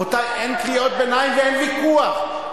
רבותי, אין קריאות ביניים ואין ויכוח.